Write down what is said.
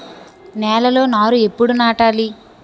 నేలలో నారు ఎప్పుడు నాటాలి?